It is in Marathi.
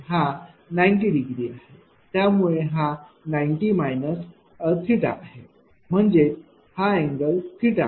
हा 90 डिग्री आहे त्यामुळे हा 90 आहे म्हणजेच हा अँगल आहे